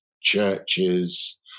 churches